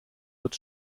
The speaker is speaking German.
wird